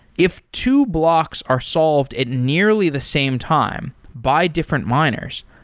if two blocks are solved at nearly the same time by different miners,